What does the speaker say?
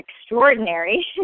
extraordinary